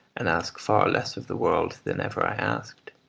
and ask far less of the world than ever i asked.